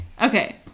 Okay